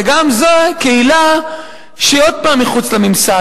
וגם זו קהילה שהיא, עוד פעם, מחוץ לממסד.